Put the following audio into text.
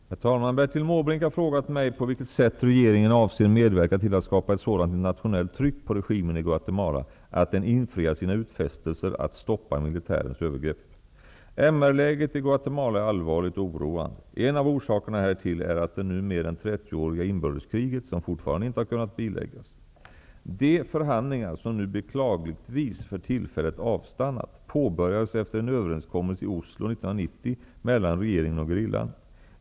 Herr talman! Bertil Måbrink har frågat mig på vilket sätt regeringen avser att medverka till att skapa ett sådant internationellt tryck på regimen i Guatemala att den infriar sina utfästelser att stoppa militärens övergrepp. MR-läget i Guatemala är allvarligt och oroande. En av orsakerna härtill är det nu mer än 30-åriga inbördeskriget, som fortfarande inte har kunnat biläggas. De förhandlingar som nu beklagligtvis för tillfället avstannat påbörjades efter en överenskommelse i Oslo 1990 mellan regeringen och gerillan.